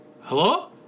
hello